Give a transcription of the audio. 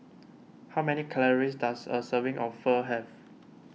how many calories does a serving of Pho have